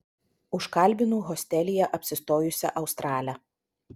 užkalbinu hostelyje apsistojusią australę